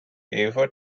ever